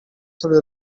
through